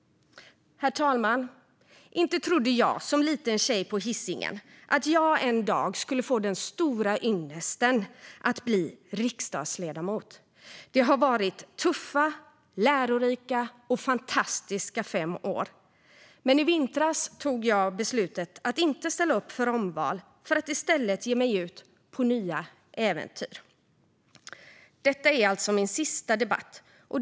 Herr talman! Inte trodde jag, som liten tjej på Hisingen, att jag en dag skulle få den stora ynnesten att bli riksdagsledamot. Det har varit tuffa, lärorika och fantastiska fem år. Men i vintras tog jag beslutet att inte ställa upp för omval för att i stället ge mig ut på nya äventyr. Detta är alltså min sista debatt.